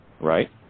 right